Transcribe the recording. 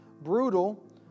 brutal